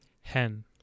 Hen